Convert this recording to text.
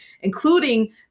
including